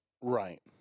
Right